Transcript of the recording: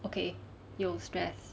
okay 有 stress